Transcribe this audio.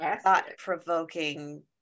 thought-provoking